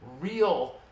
real